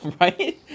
right